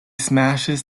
smashes